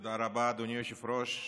תודה רבה, אדוני היושב-ראש.